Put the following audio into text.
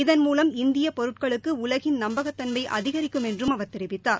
இதன்மூலம் இந்திய பொருட்களுக்கு உலகின் நம்பகத்தன்மை அதிகிக்கும் என்றும் அவா தெரிவித்தார்